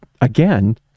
again